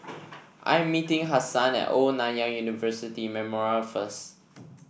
I am meeting Hassan at Old Nanyang University Memorial first